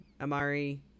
Amari